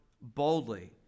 boldly